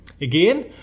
again